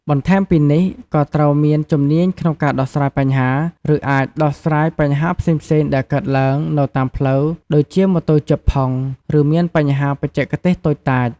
បន្ថែមពីនេះក៏ត្រូវការជំនាញក្នុងការដោះស្រាយបញ្ហា ឬអាចដោះស្រាយបញ្ហាផ្សេងៗដែលកើតឡើងនៅតាមផ្លូវ ដូចជាម៉ូតូជាប់ផុង ឬមានបញ្ហាបច្ចេកទេសតូចតាច។